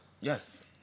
Yes